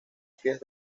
pies